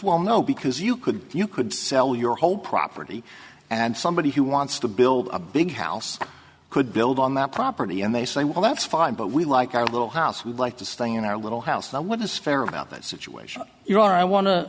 well no because you could you could sell your whole property and somebody who wants to build a big house could build on that property and they say well that's fine but we like our little house we'd like to stay in our little house and what is fair about that situation here i wan